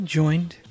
joined